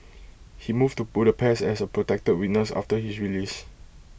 he moved to Budapest as A protected witness after his release